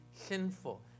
sinful